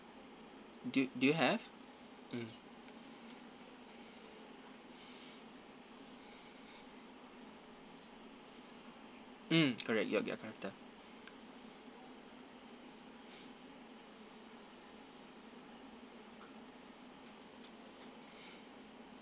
do do you have mm mm correct yogyakarta